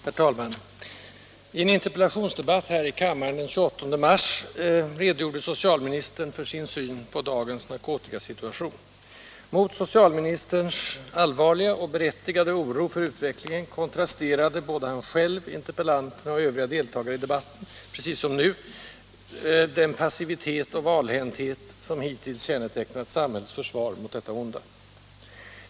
Herr talman! I en interpellationsdebatt här i kammaren den 28 mars redogjorde socialministern för sin syn på dagens narkotikasituation. Mot socialministerns allvarliga och berättigade oro för utvecklingen kontrasterade — det ansåg han själv, interpellanterna och övriga deltagare i debatten precis som nu — den passivitet och valhänthet som hittills kännetecknat samhällets försvar mot detta onda.